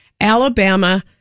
Alabama